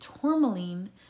tourmaline